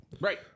Right